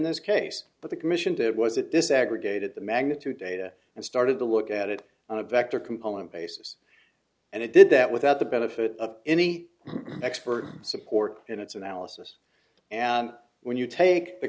this case but the commission to it was at this aggregated the magnitude data and started to look at it on a vector component basis and it did that without the benefit of any expert support in its analysis and when you take the